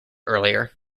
earlier